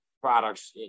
products